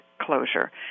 closure